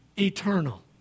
eternal